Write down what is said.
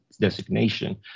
designation